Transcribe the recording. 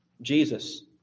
Jesus